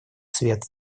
свет